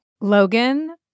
Logan